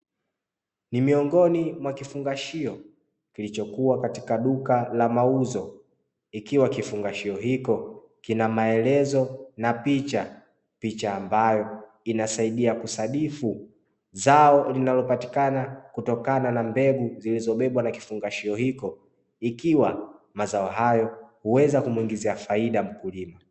Ni miongoni mwa kifungashio kilichokua katika duka la mauzo, ikiwa kifungashio hiko kina maelezo na picha. Picha ambayo inasaidia kusadifu zao linalopatikana kutokana na mbegu zilizobebwa na kifungashio hiko, ikiwa mazao hayo huweza kumuingizia faida mkulima.